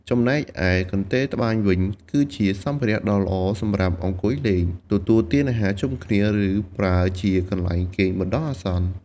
ចំណែកឯកន្ទេលត្បាញវិញ គឺជាសម្ភារៈដ៏ល្អសម្រាប់អង្គុយលេង ទទួលទានអាហារជុំគ្នា ឬប្រើជាកន្លែងគេងបណ្តោះអាសន្ន។